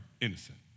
innocent